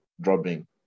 dropping